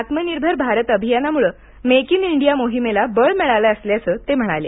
आत्मनिर्भर भारत अभियानामुळं make in India मोहिमेला बळ मिळालं असल्याचं ते म्हणाले